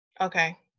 Okay